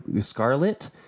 Scarlet